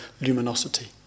luminosity